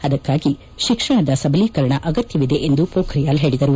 ಅದಕ್ಕಾಗಿ ಶಿಕ್ಷಣದ ಸಬಲೀಕರಣ ಆಗತ್ತವಿದೆ ಎಂದು ಮೋಖ್ರಿಯಾಲ್ ಹೇಳಿದರು